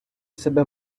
себе